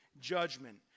judgment